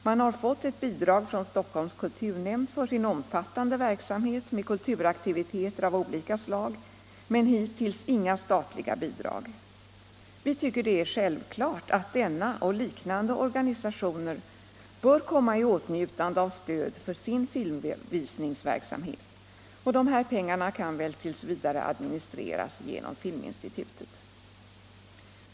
Man har fått ett bidrag från Stockholms kulturnämnd för sin omfattande verksamhet med kulturaktiviteter av olika slag, men hittills inga statliga bidrag. Vi tycker det är självklart att denna och liknande organisationer bör komma i åtnjutande av stöd för sin filmvisningsverksamhet, och dessa pengar kan väl tills vidare administreras genom Filminstitutet.